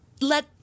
let